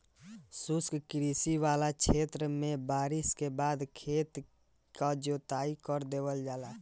शुष्क कृषि वाला क्षेत्र में बारिस के बाद खेत क जोताई कर देवल जाला